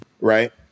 right